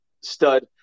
stud